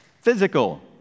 Physical